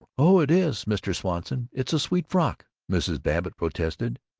oh, it is, mr. swanson. it's a sweet frock, mrs. babbitt protested.